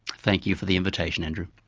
thank you for the invitation andrew.